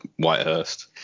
Whitehurst